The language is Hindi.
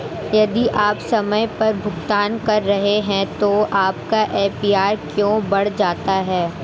यदि आप समय पर भुगतान कर रहे हैं तो आपका ए.पी.आर क्यों बढ़ जाता है?